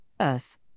earth